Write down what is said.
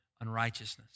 unrighteousness